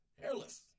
hairless